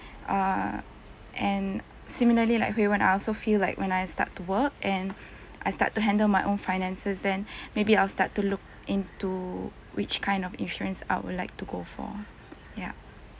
err and similarly like hui wen I also feel like when I start to work and I start to handle my own finances then maybe I'll start to look into which kind of insurance I would like to go for yup